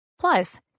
Plus